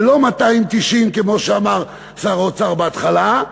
ולא 290 כמו שאמר שר האוצר בהתחלה,